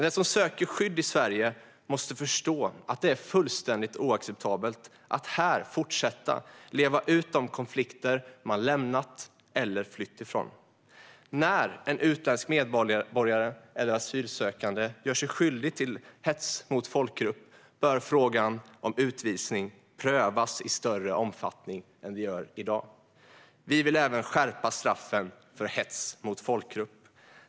Den som söker skydd i Sverige måste förstå att det är fullständigt oacceptabelt att här fortsätta att leva ut de konflikter man lämnat eller flytt från. När en utländsk medborgare eller asylsökande gör sig skyldig till hets mot folkgrupp bör frågan om utvisning prövas i större omfattning än vad som görs i dag. Vi vill även skärpa straffen för hets mot folkgrupp.